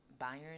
Bayern